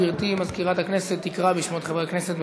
גברתי מזכירת הכנסת תקרא בשמות חברי הכנסת.